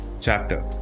Chapter